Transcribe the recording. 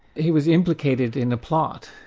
he was implicated in a plot,